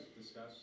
discuss